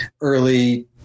early